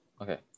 okay